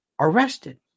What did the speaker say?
arrested